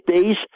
days